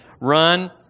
run